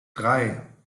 drei